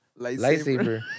lightsaber